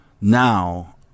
now